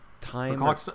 Time